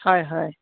হয় হয়